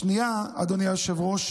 השנייה, אדוני היושב-ראש,